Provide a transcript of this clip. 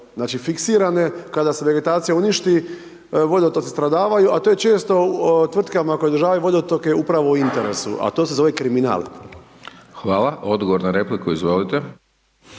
znači fiksirane kada se vegetacija uništi, vodotoci stradavaju a to je često u tvrtkama koje održavaju vodotoke upravo u interesu a to se zove kriminal. **Hajdaš Dončić, Siniša